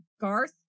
Garth